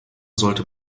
sollte